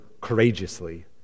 courageously